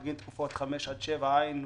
בגין תקופות 5 עד 7. היינו,